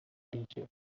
teacher